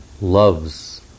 loves